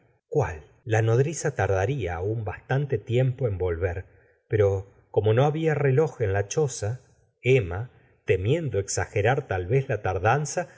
cuál la nodriza tardaría aun bastante tiempo en volver pero como no había reloj en la choza emma temiendo exagerar tal vez la tardanza se